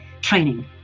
training